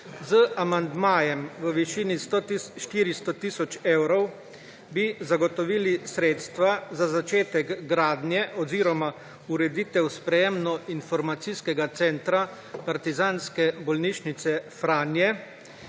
Z amandmajem v višini 400 tisoč evrov bi zagotovili sredstva za začetek gradnje oziroma ureditev sprejemno-informacijskega centra Partizanske bolnišnice Franje,